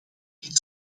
dit